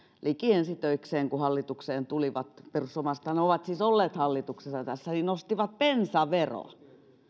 liki ensitöikseen kun hallitukseen tulivat perussuomalaisethan ovat siis olleet hallituksessa tässä niin nostivat bensaveroa